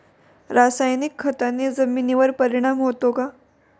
रासायनिक खताने जमिनीवर परिणाम होतो का?